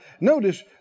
Notice